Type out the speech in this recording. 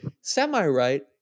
semi-right